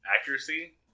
accuracy